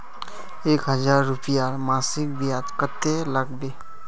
एक हजार रूपयार मासिक ब्याज कतेक लागबे?